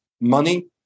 money